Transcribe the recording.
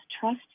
trust